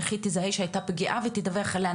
איך היא תזהה שהיתה פגיעה ותדווח עליה?